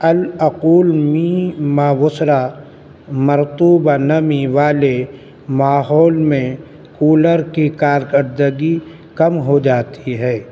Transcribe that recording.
الاقول میما وسریٰ مرطوبہ نمی والے ماحول میں کولر کی کارکردگی کم ہو جاتی ہے